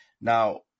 Now